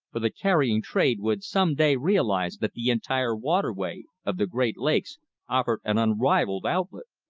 for the carrying trade would some day realize that the entire waterway of the great lakes offered an unrivalled outlet.